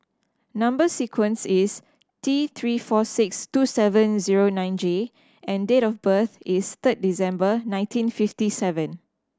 number sequence is T Three four six two seven zero nine J and date of birth is third December nineteen fifty seven